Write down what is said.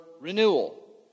renewal